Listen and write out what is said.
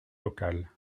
local